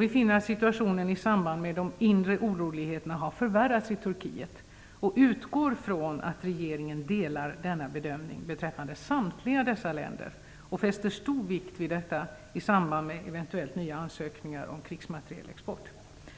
Vi finner att situationen i samband med de inre oroligheterna har förvärrats i Turkiet och utgår från att regeringen delar denna bedömning beträffande samtliga dessa länder och fäster stor vikt vid detta i samband med eventuella nya ansökningar om krigsmaterielexport.